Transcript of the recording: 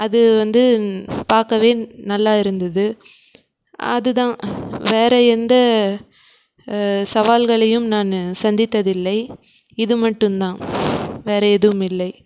அது வந்து பார்க்கவே நல்லா இருந்தது அதுதான் வேறு எந்த சவால்களையும் நான் சந்தித்தது இல்லை இது மட்டுந்தான் வேறு எதுவும் இல்லை